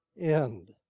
end